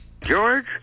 George